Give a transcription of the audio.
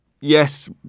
Yes